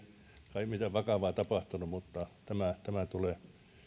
kai mitään vakavaa tapahtunut mutta tämä tulee